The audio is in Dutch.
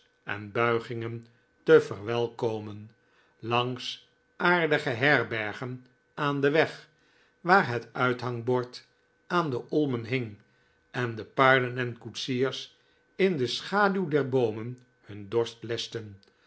en buigingen te verwelkomen lahgs aardige herbergen aan den weg waar het uithangbord aan de olmen hing en de paarden en koetsiers in de schaduw der boomen hun dorst